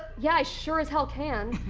yeah, i sure as hell can.